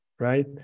right